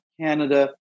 Canada